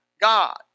God